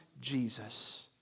Jesus